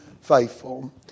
faithful